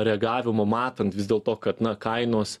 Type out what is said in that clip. reagavimo matant vis dėl to kad na kainos